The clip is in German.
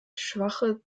schwache